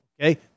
Okay